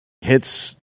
Hits